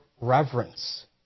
reverence